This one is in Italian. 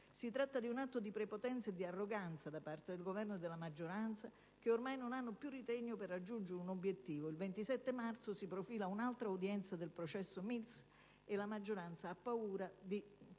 Si tratta di un atto di prepotenza e di arroganza da parte del Governo e della maggioranza, che ormai non hanno più ritegno per raggiungere un obiettivo (il 27 marzo si profila un'altra udienza del processo Mills) e ha paura di